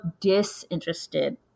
disinterested